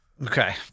Okay